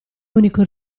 unico